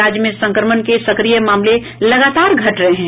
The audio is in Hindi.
राज्य में संक्रमण के सक्रिय मामले लगातार घट रहे हैं